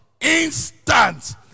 instant